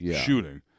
shooting